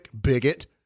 bigot